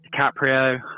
DiCaprio